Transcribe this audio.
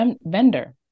vendor